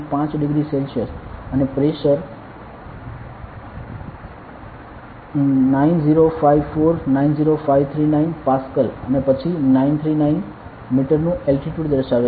5 degree Celsius અને pressure 9054 90539 pascal અને પછી 939 મીટર નુ અલ્ટિટ્યુડ દર્શાવે છે